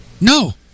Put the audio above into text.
No